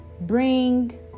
bring